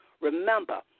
Remember